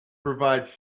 provides